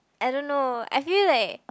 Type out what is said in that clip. I don't know I feel like